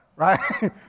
right